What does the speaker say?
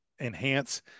enhance